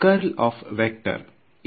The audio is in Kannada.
curl of vector a